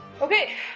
Okay